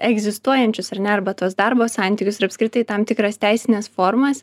egzistuojančius ar ne arba tuos darbo santykius ir apskritai tam tikras teisines formas